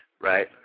right